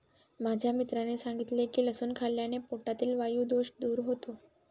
माझ्या मित्राने सांगितले की लसूण खाल्ल्याने पोटातील वायु दोष दूर होतो